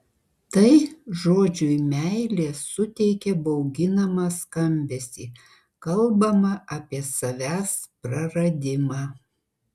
tai žodžiui meilė suteikia bauginamą skambesį kalbama apie savęs praradimą